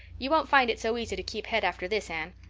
you won't find it so easy to keep head after this, anne.